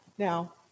Now